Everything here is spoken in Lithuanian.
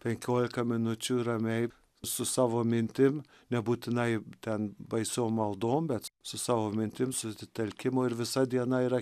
penkiolika minučių ramiai su savo mintim nebūtinai ten baisiom maldom bet su savo mintim susitelkimu ir visa diena yra